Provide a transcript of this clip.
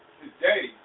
today